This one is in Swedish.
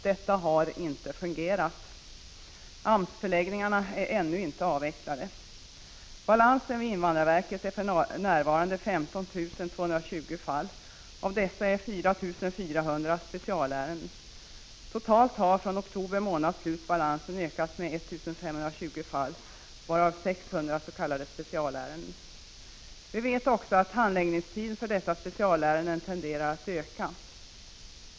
Detta har inte fungerat. AMS-förläggningarna är ännu inte avvecklade. Balansen vid invandrarverket är för närvarande 15 220 fall, och av dessa är 4 400 specialärenden. Totalt har från oktober månads slut balansen ökat med 1 520 fall, varav 600 är s.k. specialärenden. Vi vet också att handläggningstiden för dessa specialärenden tenderar att öka.